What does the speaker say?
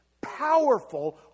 Powerful